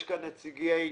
נמצאים כאן נציגי ההסתדרות,